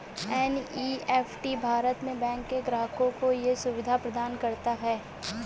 NEFT Bharat में bank के ग्राहकों को ये सुविधा प्रदान करता है